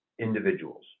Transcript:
individuals